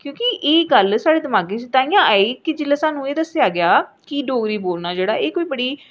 क्यूंकि एह् गल्ल साढे दिमागै च तांहियैआई कि जेल्लै स्हानूं एह् दस्सेआ गेआ कि डोगरी बोलना एह् कोई बड़ी